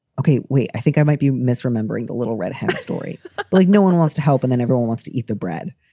ok. i think i might be misremembering the little redhead story like no one wants to help and then everyone wants to eat the bread,